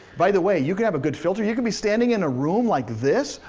by the way, you can have a good filter, you could be standing in a room like this,